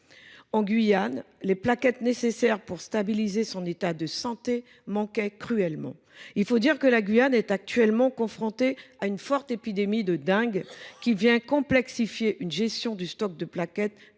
En Guyane, les plaquettes nécessaires pour stabiliser son état de santé manquaient cruellement. Il faut dire que la Guyane est actuellement confrontée à une forte épidémie de dengue, qui rend plus complexe encore la gestion déjà difficile du stock de plaquettes.